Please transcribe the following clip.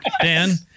dan